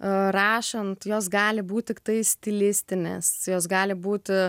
rašant jos gali būti tiktai stilistinės jos gali būti